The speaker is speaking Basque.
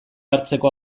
hartzeko